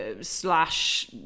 slash